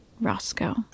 Roscoe